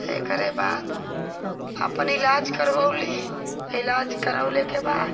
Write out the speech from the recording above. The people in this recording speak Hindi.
एकरे बाद अपन इलाज़ करवउली इलाज़ करउले के बाद